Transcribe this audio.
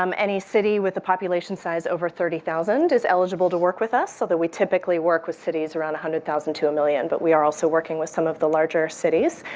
um any city with a population size over thirty thousand is eligible to work with us. so that we typically work with cities around one hundred thousand to a million. but we are also working with some of the larger cities.